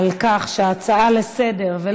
על כך שנושא ההצעה לסדר-היום,